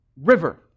river